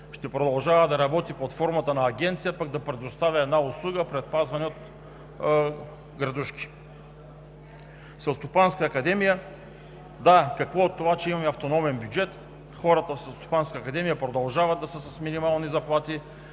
Ще продължава да работи под формата на агенция, пък да предоставя една услуга – предпазване от градушки. Селскостопанската академия. Какво от това, че има автономен бюджет? Хората в Селскостопанската академия продължават да са с минимални заплати